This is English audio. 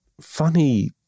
funny